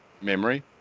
memory